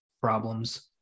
problems